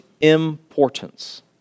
importance